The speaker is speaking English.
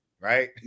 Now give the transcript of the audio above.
right